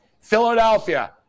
Philadelphia